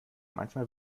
manchmal